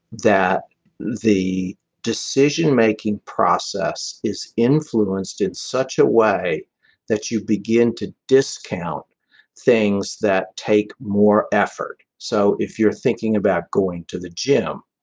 that the decision making process is influenced in such a way that you begin to discount things that take more effort. so if you're thinking about going to the gym,